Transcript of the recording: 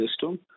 system